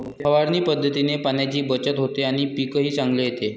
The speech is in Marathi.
फवारणी पद्धतीने पाण्याची बचत होते आणि पीकही चांगले येते